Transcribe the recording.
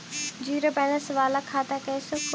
Zero balance बाला खाता कैसे खोले?